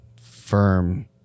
firm